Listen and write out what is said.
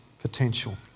potential